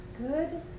Good